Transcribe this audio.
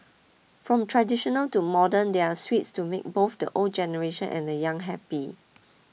from traditional to modern there are sweets to make both the old generation and the young happy